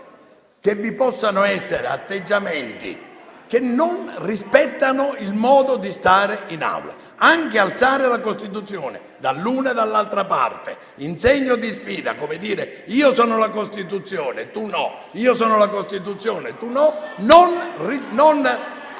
che vi possano essere atteggiamenti che non rispettano il modo di stare in Aula. Anche alzare la Costituzione dall'una e dall'altra parte, in segno di sfida, come dire "io sono la Costituzione, tu no", non è accettabile.